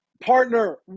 partner